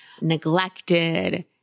neglected